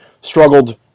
struggled